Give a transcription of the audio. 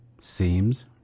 seems